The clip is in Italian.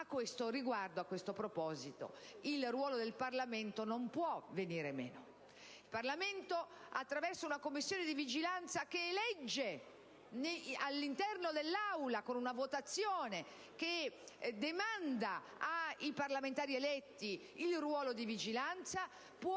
nostro Paese. A questo proposito, il ruolo del Parlamento non può venire meno. Il Parlamento, attraverso una Commissione di vigilanza che elegge all'interno dell'Aula, con una votazione che demanda ai parlamentari eletti il ruolo di vigilanza, può